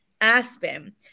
Aspen